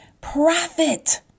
profit